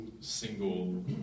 single